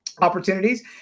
opportunities